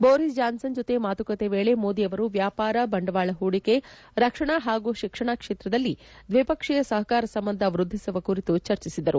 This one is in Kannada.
ಬೋರಿಸ್ ಜಾನ್ಸನ್ ಜತೆ ಮಾತುಕತೆ ವೇಳೆ ಮೋದಿ ಅವರು ವ್ಯಾಪಾರ ಬಂಡವಾಳ ಹೂಡಿಕೆ ರಕ್ಷಣಾ ಹಾಗೂ ಶಿಕ್ಷಣ ಕ್ಷೇತ್ರದಲ್ಲಿ ದ್ವಿಪಕ್ಷೀಯ ಸಹಕಾರ ಸಂಬಂಧ ವ್ಯಧ್ಧಿಸುವ ಕುರಿತು ಚರ್ಚಿಸಿದರು